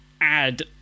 add